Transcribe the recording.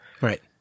Right